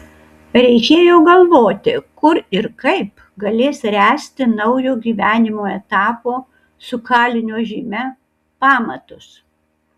reikėjo galvoti kur ir kaip galės ręsti naujo gyvenimo etapo su kalinio žyme pamatus